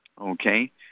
Okay